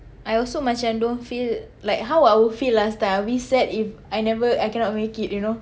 I also macam don't feel like how I would feel last time I'll be sad if I never I cannot make it you know